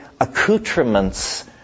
accoutrements